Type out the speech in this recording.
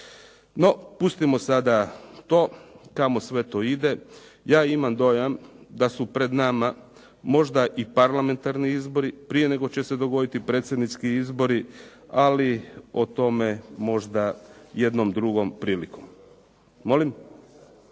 No, pustimo sada to kamo sve to ide. Ja imam dojam da su pred nama možda i parlamentarni izbori prije nego će se dogoditi predsjednički izbori, ali o tome možda jednom drugom prilikom.